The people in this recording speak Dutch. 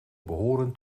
behoren